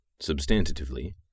Substantively